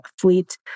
fleet